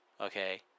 Okay